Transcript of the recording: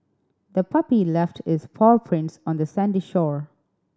the puppy left its paw prints on the sandy shore